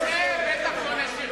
אתם מבזים את הבית הזה.